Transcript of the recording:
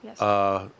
Yes